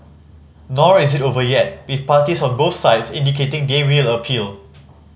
nor is it over yet with parties on both sides indicating they will appeal